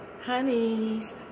honey's